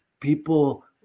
people